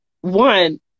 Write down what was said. One